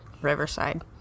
Riverside